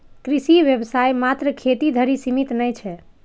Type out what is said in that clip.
कृषि व्यवसाय मात्र खेती धरि सीमित नै छै